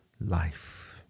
life